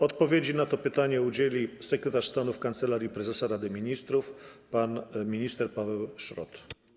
Odpowiedzi na to pytanie udzieli sekretarz stanu w Kancelarii Prezesa Rady Ministrów pan minister Paweł Szrot.